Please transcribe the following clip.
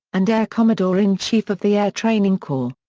and air commodore-in-chief of the air training corps.